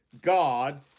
God